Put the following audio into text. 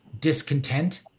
discontent